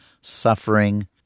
suffering